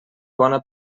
bona